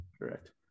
correct